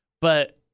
but-